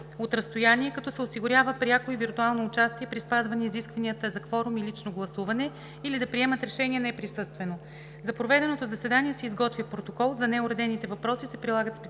от разстояние, като се осигурява пряко и виртуално участие при спазване изискванията за кворум и лично гласуване, или да приемат решения неприсъствено. За проведеното заседание се изготвя протокол. За неуредените въпроси се прилагат специалните